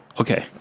Okay